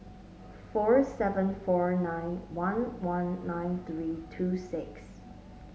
four seven four nine one one nine three two six